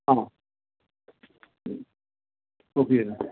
ആണോ ഉം തൂക്കി വരുന്നത്